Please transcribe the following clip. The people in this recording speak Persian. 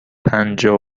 پنجاه